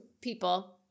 people